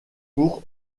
pour